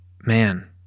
man